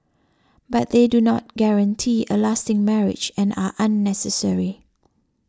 but they do not guarantee a lasting marriage and are unnecessary